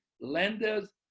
lenders